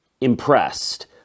impressed